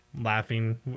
laughing